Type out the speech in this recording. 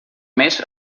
més